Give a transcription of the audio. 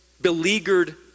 beleaguered